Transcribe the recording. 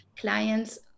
clients